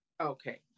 okay